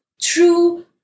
true